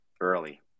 early